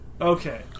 Okay